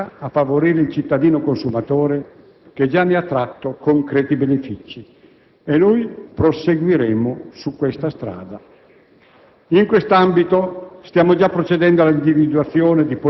Ogni azione in questo campo è stata orientata a favorire il cittadino consumatore che già ne ha tratto concreti benefici, e noi proseguiremo su questa strada.